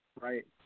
Right